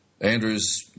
Andrew's